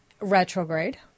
retrograde